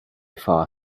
far